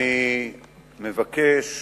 אני מבקש